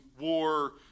war